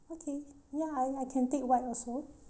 okay ya I I can take white also